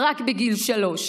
רק בגיל שלוש.